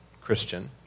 Christian